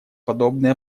подобные